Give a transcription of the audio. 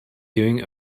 doing